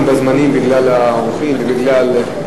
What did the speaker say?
בזמנים בגלל האורחים ובגלל ציון,